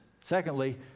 Secondly